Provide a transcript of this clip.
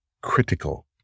critical